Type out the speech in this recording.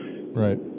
Right